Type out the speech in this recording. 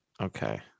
Okay